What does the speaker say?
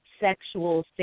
sexual